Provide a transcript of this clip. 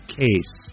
case